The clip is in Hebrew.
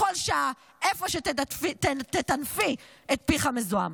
בכל שעה, איפה שתטנפי את פיך המזוהם.